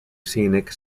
scenic